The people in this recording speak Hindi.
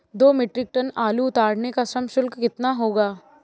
दो मीट्रिक टन आलू उतारने का श्रम शुल्क कितना होगा?